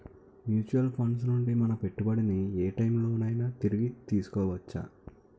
Mutual funds నుండి మన పెట్టుబడిని ఏ టైం లోనైనా తిరిగి తీసుకోవచ్చా?